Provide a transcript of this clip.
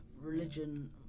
religion